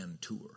Tour